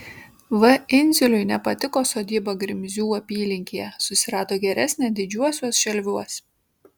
v indziului nepatiko sodyba grimzių apylinkėje susirado geresnę didžiuosiuos šelviuos